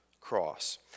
cross